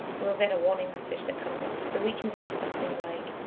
we'll get a warning message that comes up. so we can say something like,